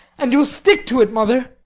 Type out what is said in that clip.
and you'll stick to it, mother?